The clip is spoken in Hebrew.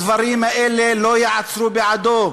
הדברים האלה לא יעצרו בעדו.